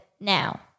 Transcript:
now